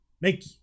Make-